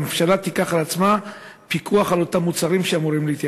והממשלה תיקח על עצמה לפקח על אותם מוצרים שאמורים להתייקר.